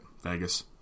Vegas